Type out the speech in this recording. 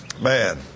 man